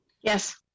Yes